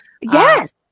Yes